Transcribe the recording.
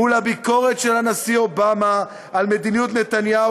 מול הביקורת של הנשיא אובמה על מדיניות נתניהו,